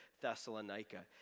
Thessalonica